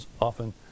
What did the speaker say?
often